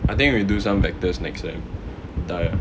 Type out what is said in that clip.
I think we'll do some vectors next sem die ah